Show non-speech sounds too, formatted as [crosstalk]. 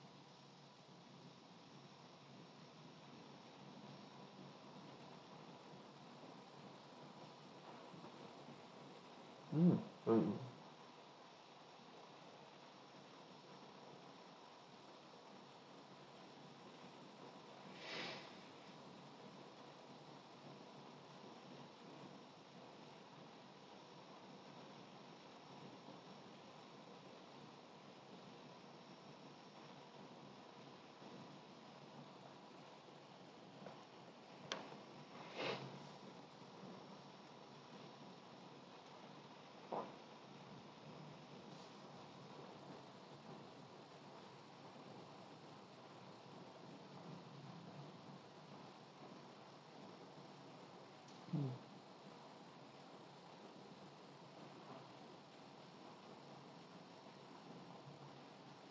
mm mm [breath]